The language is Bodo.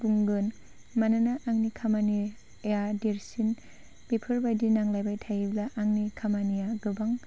बुंगोन मानोना आंनि खामानिया देरसिन बेफोरबायदि नांलायबाय थायोब्ला आंनि खामानिया गोबां